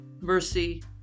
mercy